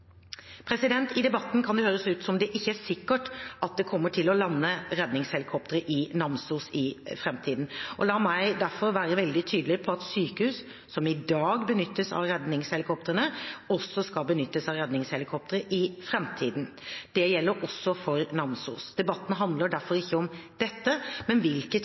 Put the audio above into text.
I debatten kan det høres ut som at det ikke er sikkert at det kommer til å lande redningshelikoptre i Namsos i framtiden. La meg derfor være veldig tydelig på at sykehus som i dag benyttes av redningshelikoptrene, også skal benyttes av redningshelikoptre i framtiden. Det gjelder også for Namsos. Debatten handler derfor ikke om dette, men